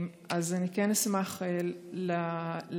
אני כן אשמח להתייחסות